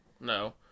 no